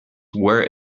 where